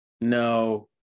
No